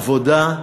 עבודה.